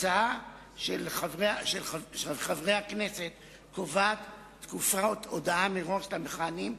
ההצעה של חברי הכנסת קובעת תקופת הודעה מראש למכהנים,